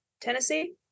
Tennessee